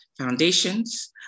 foundations